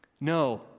No